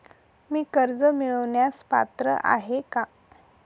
मी कर्ज मिळवण्यास पात्र आहे का?